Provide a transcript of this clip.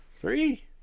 three